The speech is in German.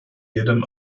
jedem